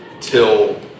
Till